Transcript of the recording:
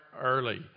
early